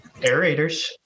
Aerators